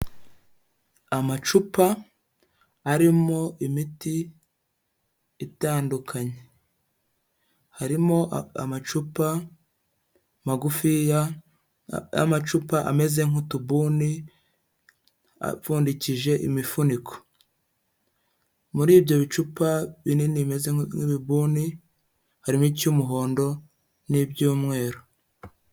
Amacupa arimo imiti itandukanye. Harimo amacupa magufiya ya amacupa ameze nk'utubuni, apfundikije imifuniko. Muri ibyo bicupa binini bimeze nk'ibibuni harimo icy'umuhondo n'ibyumweru.